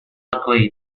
luckily